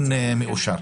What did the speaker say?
התשפ"א-2021,